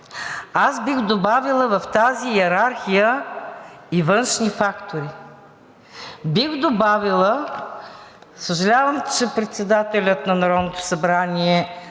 аз бих добавила в тази йерархия и външни фактори. Бих добавила, съжалявам, че председателят на Народното събрание